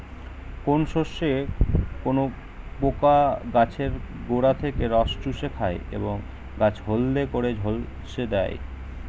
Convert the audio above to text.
কোন শস্যে কোন পোকা গাছের গোড়া থেকে রস চুষে খায় এবং গাছ হলদে করে ঝলসে দেয়?